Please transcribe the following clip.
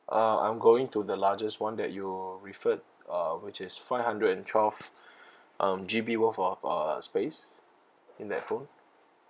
uh I'm going to the largest one that you referred uh which is five hundred and twelve um G_B worth of uh space in that phone